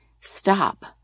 stop